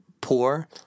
poor—